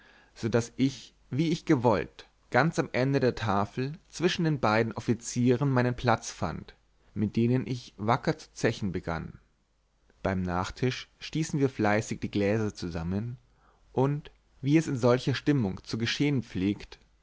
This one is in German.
so daß ich wie ich gewollt ganz am ende der tafel zwischen den beiden offizieren meinen platz fand mit denen ich wacker zu zechen begann beim nachtisch stießen wir fleißig die gläser zusammen und wie es in solcher stimmung zu geschehen pflegt